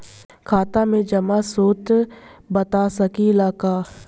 खाता में जमा के स्रोत बता सकी ला का?